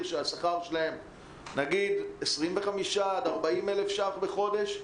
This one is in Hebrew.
שהשכר שלהם הוא 25,000 עד 40,000 ש"ח בחודש,